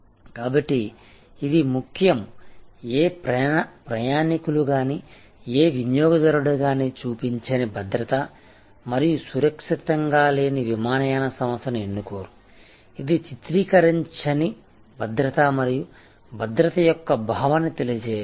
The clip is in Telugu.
కాబట్టి ఇది ముఖ్యం ఏ ప్రయాణీకులు గానీ ఏ వినియోగదారుడు గాని చూపించని భద్రత మరియు సురక్షితంగా లేని విమానయాన సంస్థను ఎన్నుకోరు ఇది చిత్రీకరించని భద్రత మరియు భద్రత యొక్క భావాన్ని తెలియజేయదు